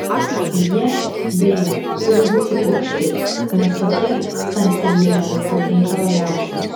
jie beje turi būti aukšti nes tokie sansevjeroms patinka labiausiai